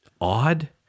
odd